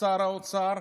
כשר האוצר,